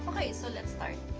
so let's start,